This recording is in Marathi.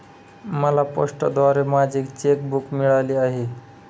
मला पोस्टाद्वारे माझे चेक बूक मिळाले आहे